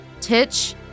Titch